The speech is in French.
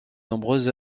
nombreuses